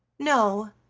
no,